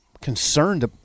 concerned